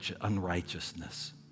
unrighteousness